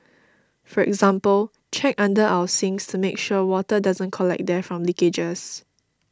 for example check under our sinks to make sure water doesn't collect there from leakages